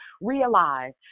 realize